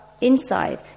inside